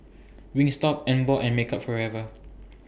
Wingstop Emborg and Makeup Forever